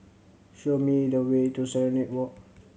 show me the way to Serenade Walk